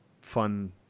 fun